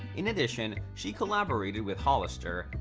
in addition, she collaborated with hollister,